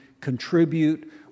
contribute